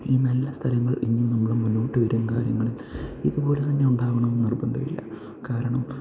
ഈ നല്ല സ്ഥലങ്ങൾ ഇനിയും നമ്മളെ മുന്നോട്ട് വരും കാലങ്ങളിൽ ഇതു പോലെ തന്നെ ഉണ്ടാകണമെന്ന് നിർബന്ധമില്ല കാരണം